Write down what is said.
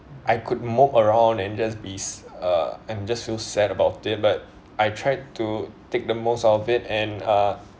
I could mope around and just be uh and just feel sad about it but I tried to take the most out of it and uh